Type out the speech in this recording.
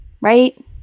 right